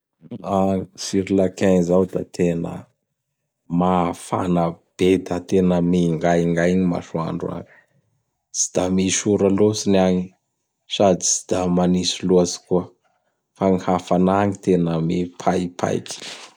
Agn Sirlakain zao da tena mafana be da tena mingaingay gny masoandro agny. Tsy da misy ora lôtsy ny agny sady tsy manitsy lôtsy koa. Fa gny hafanà gn tena mipaipaiky.